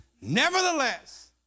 Nevertheless